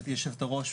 גברתי היו"ר,